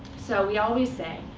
so we always say,